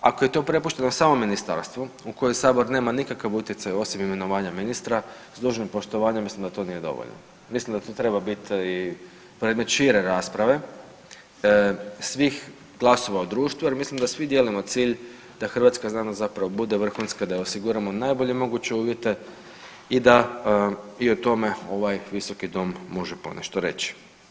Ako je to prepušteno samom ministarstvu u koje sabor nema nikakav utjecaj osim imenovanja ministra s dužnim poštovanjem mislim da to nije dovoljno, mislim da tu treba biti i predmet šire rasprave svih glasova u društvu jer mislim da svi dijelimo cilj da hrvatska znanost zapravo bude vrhunska, da joj osiguramo najbolje moguće uvjete i da i o tome ovaj visoki dom može ponešto reći.